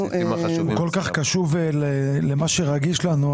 כל כך קשוב למה שרגיש לנו,